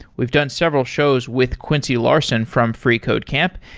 we've done several shows with quincy larson from freecodecamp,